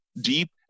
deep